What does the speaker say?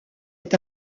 est